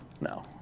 No